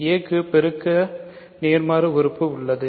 a க்கு பெருக்க நேர்மாறு உறுப்பு உள்ளது